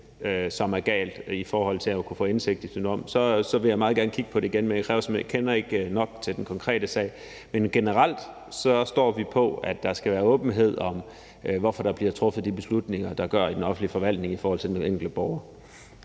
som er galt i forhold til at kunne få indsigt, vil jeg meget gerne kigge på det igen. Men jeg kender ikke nok til den konkrete sag. Men generelt står vi på, at der skal være åbenhed om, hvorfor der bliver truffet de beslutninger, der gør, i den offentlige forvaltning i forhold til den enkelte borger.